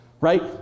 Right